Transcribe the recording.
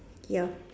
ya